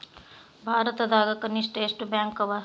ಭಾರತದಾಗ ಕನಿಷ್ಠ ಎಷ್ಟ್ ಬ್ಯಾಂಕ್ ಅವ?